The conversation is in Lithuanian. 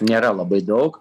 nėra labai daug